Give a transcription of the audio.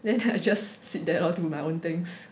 then I just sit there lor do my own things